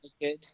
good